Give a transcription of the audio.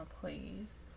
please